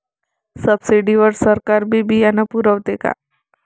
Subsidy वर सरकार बी बियानं पुरवते का?